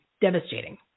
Devastating